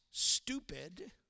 stupid